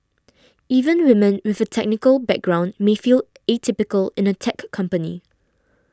even women with a technical background may feel atypical in a tech company